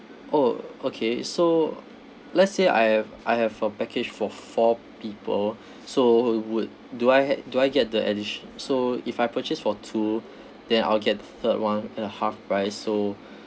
oh okay so let's say I have I have a package for four people so would do I had do I get the additio~ so if I purchase for two then I'll get third [one] at a half price so